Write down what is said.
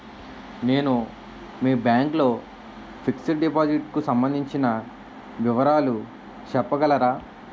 నేను మీ బ్యాంక్ లో ఫిక్సడ్ డెపోసిట్ కు సంబందించిన వివరాలు చెప్పగలరా?